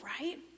right